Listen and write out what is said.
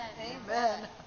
Amen